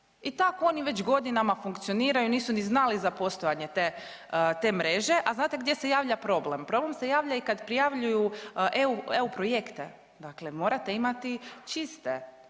I tako oni već godinama funkcioniraju, nisu ni znali za postojanje te mreže. A znate gdje se javlja problem? Problem se javlja i kad prijavljuju EU projekte. Dakle, morate imati čiste